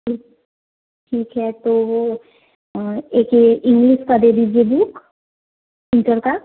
तो ठीक है वह एक यह इंग्लिस का दे दीजिए बुक इंटर का